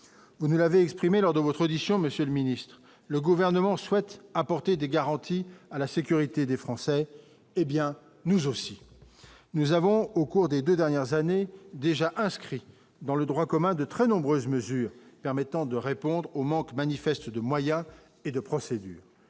vous ne l'avez exprimé lors de votre audition, Monsieur le Ministre, le gouvernement souhaite apporter des garanties à la sécurité des Français, hé bien, nous aussi, nous avons au cours des 2 dernières années déjà inscrit dans le droit commun de très nombreuses mesures permettant de répondre au manque manifeste de moyens et de procédures,